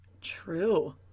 True